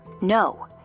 No